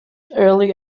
early